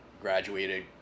graduated